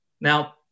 Now